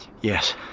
Yes